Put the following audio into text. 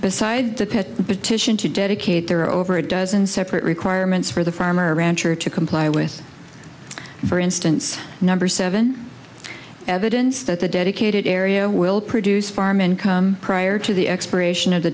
beside the petition to dedicate there are over a dozen separate requirements for the farmer rancher to comply with for instance number seven evidence that the dedicated area will produce farm income prior to the expiration of the